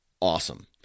awesome